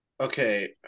Okay